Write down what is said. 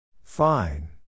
Fine